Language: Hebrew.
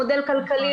מודל כלכלי,